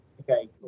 Okay